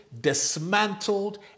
dismantled